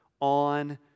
on